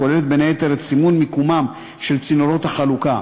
הכוללת בין היתר את סימון מקומם של צינורות החלוקה.